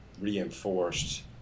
reinforced